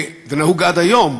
ונהוג עד היום,